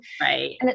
Right